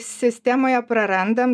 sistemoje prarandam